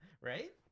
Right